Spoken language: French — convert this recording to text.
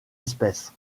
espèces